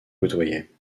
côtoyait